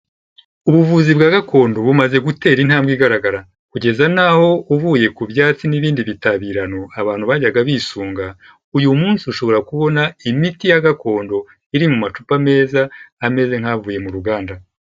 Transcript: Ubuvuzi bwa gakondo bumaze gutera intambwe igaragara kugeza n'aho uvuye ku byatsi n'ibindi bitabirano abantu bajyaga bisunga, uyu munsi ushobora kubona imiti ya gakondo iri mu macupa meza ameze nk'avuye mu ruganda.